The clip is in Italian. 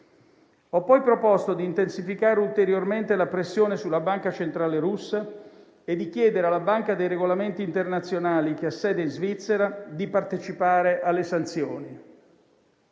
Ho poi proposto di intensificare ulteriormente la pressione sulla Banca centrale russa e di chiedere alla Banca dei regolamenti internazionali, che ha sede in Svizzera, di partecipare alle sanzioni.